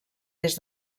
des